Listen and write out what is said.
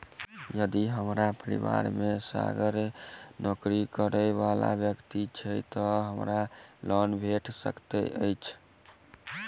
यदि हम परिवार मे असगर नौकरी करै वला व्यक्ति छी तऽ हमरा लोन भेट सकैत अछि?